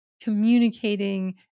communicating